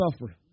suffer